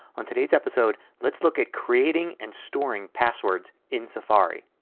on today's episode let's look at creating and storing passwords in safari.